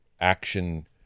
action